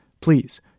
Please